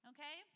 Okay